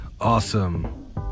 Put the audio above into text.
Awesome